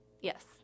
yes